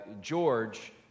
George